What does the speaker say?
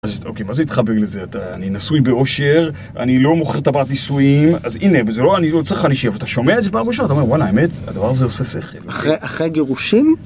אוקי, מה זה איתך בגלל זה, אתה אני נשוי באושר, אני לא מוכר טבעת נישואים, אז הנה, וזה לא, אני לא צריך לך להישאב, אתה שומע איזה פעם ראשונה, אתה אומר, וואלה, האמת, הדבר הזה עושה שכל. אחרי, אחרי גירושים?